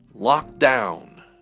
lockdown